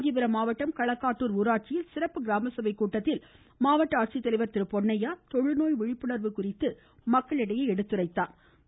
காஞ்சிபரம் மாவட்டம் களக்காட்டூர் ஊராட்சியில் சிறப்பு கிராமசபை கூட்டத்தில் மாவட்ட ஆட்சித்தலைவர் திரு பொன்னையா தொழுநோய் விழிப்புணர்வு குறித்து மக்களிடையே எடுத்துரைத்தார்